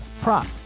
prop